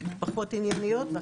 פחות ענייניות.